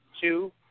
two